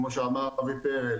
כמו שאמר אבי פרל,